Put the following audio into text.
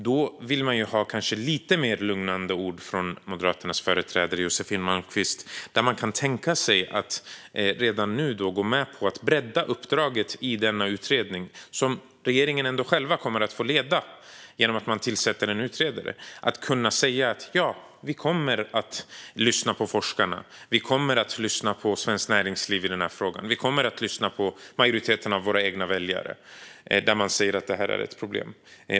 Då vill man kanske ha lite mer lugnande ord från Moderaternas företrädare Josefin Malmqvist om att de kan tänka sig att redan nu gå med på att bredda uppdraget till den utredning som regeringen ändå själv kommer att få leda, och säga att de kommer att lyssna på forskarna, Svenskt Näringsliv och majoriteten av de egna väljarna som säger att detta är ett problem.